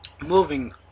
Moving